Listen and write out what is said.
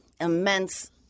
immense